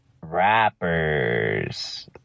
Rappers